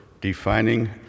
defining